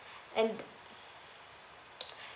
and